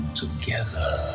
together